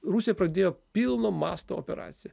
rusija pradėjo pilno masto operaciją